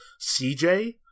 CJ